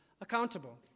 accountable